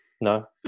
no